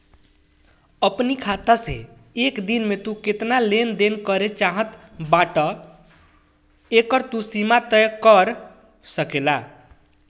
अपनी खाता से एक दिन में तू केतना लेन देन करे चाहत बाटअ एकर तू सीमा तय कर सकेला